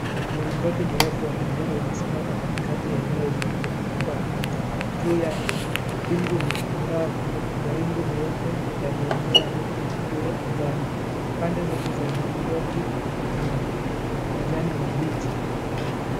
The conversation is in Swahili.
Mlingoti mrefu wa bendera umesimama katikati ya eneo lililozungukwa na miti. Juu yake, mbingu ni angavu. Mawingu meupe yameenea huku na kule angani. Pande zote za mlingoti, kuna majani mabichi.